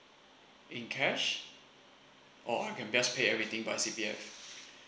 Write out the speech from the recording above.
in cash or I can just pay everything by C_P_F